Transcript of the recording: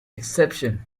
exceptions